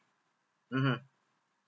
mmhmm